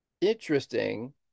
Interesting